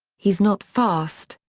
he's not fast.